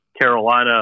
Carolina